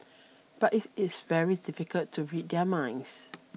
but it is very difficult to read their minds